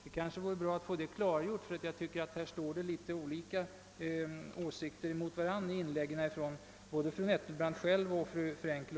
Det vore bra att få den frågan klarlagd, eftersom olika åsikter har förts fram i inläggen av fru Nettelbrandt och fru Freenkel.